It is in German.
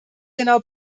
genau